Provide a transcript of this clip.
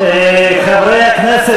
חברי הכנסת,